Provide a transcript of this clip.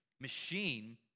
machine